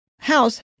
house